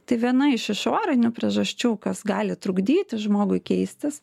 tai viena iš išorinių priežasčių kas gali trukdyti žmogui keistis